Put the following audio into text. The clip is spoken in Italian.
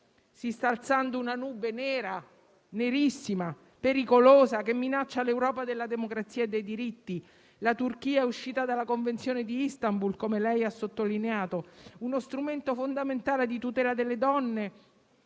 Si sta alzando una nube nerissima e pericolosa, che minaccia l'Europa della democrazia e dei diritti. La Turchia è uscita dalla Convenzione di Istanbul, come lei ha sottolineato, che è uno strumento fondamentale di tutela delle donne